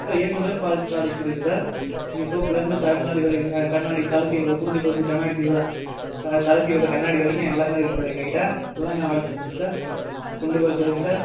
sir A to Z products products இருக்குது sir இங்கே சோப்புலேருந்து கண்ணாடி வரைக்கும் சார் கண்ணாடி தலைசீவுகிற குளிச்சுட்டு வந்து கண்ணாடி சீவுகிற தலை சீவுகிற கண்ணாடி வரைக்கும் எல்லாமே இருக்குது சார் எங்ககிட்ட எல்லாமே அவைலபிள் இருக்குதுங்க சார் குண்டு பல்ப்பு இருக்குது சார்